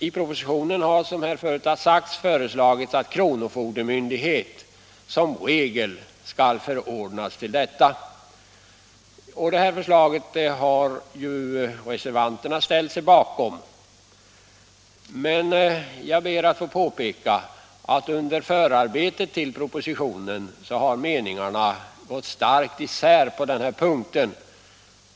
I propositionen har föreslagits att kronofogdemyndighet som regel skall förordnas. Detta förslag har reservanterna ställt sig bakom, men under förarbetet till propositionen har meningarna gått starkt isär på den här punkten.